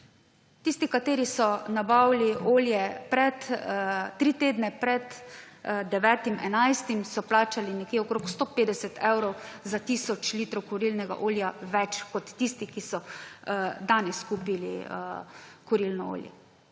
Tisti, ki so nabavili olje tri tedne pred 9. 11., so plačali nekje okrog 150 evrov za tisoč litrov kurilnega olja več, kot tisti, ki so danes kupili kurilno olje.